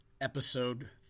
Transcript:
episode